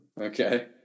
Okay